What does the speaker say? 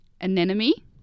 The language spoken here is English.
Anemone